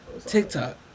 TikTok